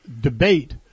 debate